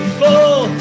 full